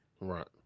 Right